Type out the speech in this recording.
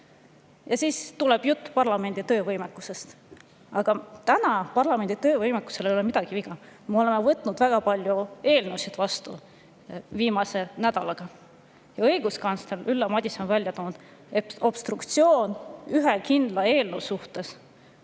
Ja siis tuleb jutt parlamendi töövõimest. Aga täna ei ole parlamendi töövõimel midagi viga. Me oleme võtnud väga palju eelnõusid vastu viimase nädalaga. Õiguskantsler Ülle Madise on välja toonud, et obstruktsioon ühe kindla eelnõu suhtes